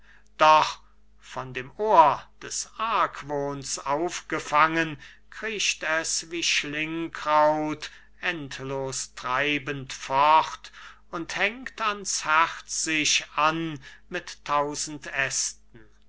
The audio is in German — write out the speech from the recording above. doch von dem ohr des argwohns aufgefangen kriecht es wie schlingkraut endlos treibend fort und hängt ans herz sich an mit tausend ästen